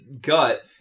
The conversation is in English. gut